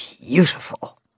beautiful